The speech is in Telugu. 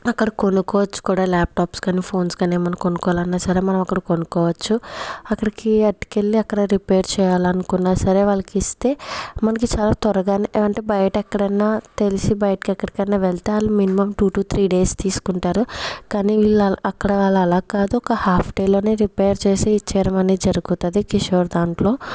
అక్కడ కొనుక్కోవచ్చు కూడా ల్యాప్టాప్స్ కాని ఫోన్స్ కాని ఏమన్నా కొనుక్కోవాలన్నా సరే మనమక్కడ కొనుక్కోవచ్చు అక్కడికి అట్టుకెళ్లి అక్కడ రిపేయిర్ చేయాలనుకున్నా సరే వాళ్ళకిస్తే మనకి చాలా త్వరగానే అంటే బయటెక్కడన్నా తెలిసి బయటకెక్కడన్నా వెళ్తే ఆళ్ళు minimum two to three days తీసుకుంటారు కాని వీళ్ళలా అక్కడ ఆళ్ళు అలా కాదు ఒక హాఫ్ డే లోనే రిపేయిర్ చేసి ఇచ్చేయడం అనేది జరుగుతుంది కిషోర్ దాంట్లో